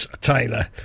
Taylor